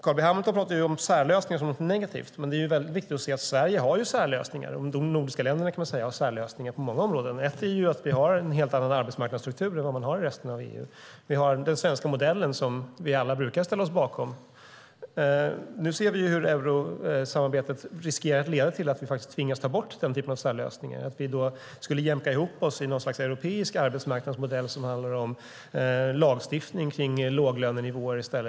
Carl B Hamilton talar om särlösningar som något negativt, men det är viktigt att inse att Sverige har särlösningar. De nordiska länderna har särlösningar på många områden. Vi har bland annat en helt annan arbetsmarknadsstruktur än resten av EU. Vi har den svenska modellen som vi alla brukar ställa oss bakom. Nu kan vi se hur eurosamarbetet riskerar att leda till att vi tvingas avstå från den typen av särlösningar och jämka ihop oss i något slags europeisk arbetsmarknadsmodell med lagstiftning om låglönenivåer och sådant.